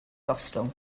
gostwng